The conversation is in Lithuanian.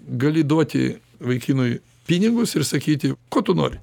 gali duoti vaikinui pinigus ir sakyti ko tu nori